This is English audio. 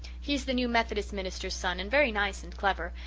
he is the new methodist minister's son and very nice and clever,